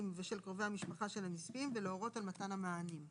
ושל קרובי המשפחה של הנספים ולהורות על מתן המענה,